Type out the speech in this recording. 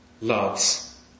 loves